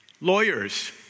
lawyers